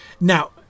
Now